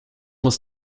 muss